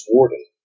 Warden